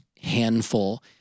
handful